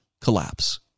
collapse